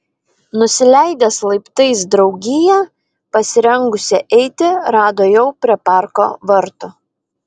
nusileidęs laiptais draugiją pasirengusią eiti rado jau prie parko vartų